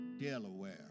Delaware